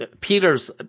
peter's